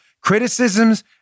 Criticisms